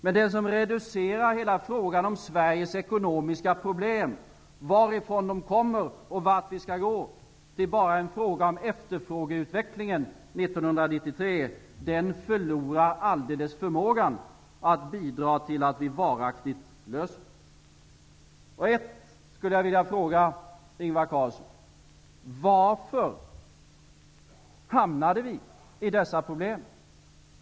Men den som reducerar hela frågan om Sveriges ekonomiska problem, varifrån de kommer och vart vi skall gå, till bara en fråga om efterfrågeutvecklingen 1993 förlorar alldeles förmågan att bidra till att vi varaktigt löser den. Jag skulle vilja fråga Ingvar Carlsson en sak. Varför hamnade vi i dessa problem?